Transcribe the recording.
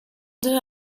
deux